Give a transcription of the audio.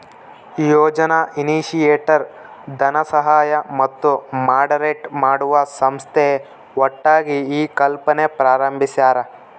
ಯೋಜನಾ initiator ಧನಸಹಾಯ ಮತ್ತು moderate ಮಾಡುವ ಸಂಸ್ಥೆ ಒಟ್ಟಾಗಿ ಈ ಕಲ್ಪನೆ ಪ್ರಾರಂಬಿಸ್ಯರ